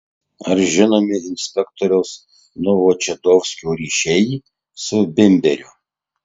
ar žinomi inspektoriaus novočadovskio ryšiai su bimberiu